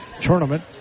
tournament